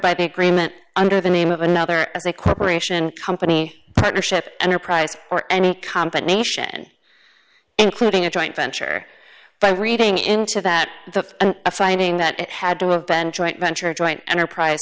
by the agreement under the name of another as a corporation company partnership enterprise or any combination including a joint venture by reading into that the a finding that it had to have been joint venture joint enterprise